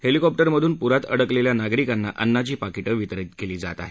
हेलिकॉप्टरमधून पूरात अडकलेल्या नागरिकांना अन्नाची पाकिटं वितरीत केली जात आहेत